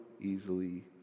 easily